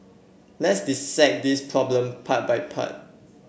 let's dissect this problem part by part